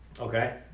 Okay